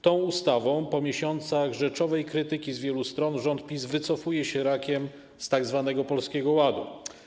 Tą ustawą po miesiącach rzeczowej krytyki z wielu stron rząd PiS wycofuje się rakiem z tzw. Polskiego Ładu.